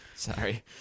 Sorry